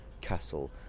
castle